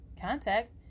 Contact